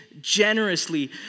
generously